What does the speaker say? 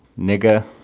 nigga,